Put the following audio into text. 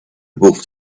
wolfed